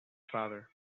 father